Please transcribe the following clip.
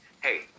hey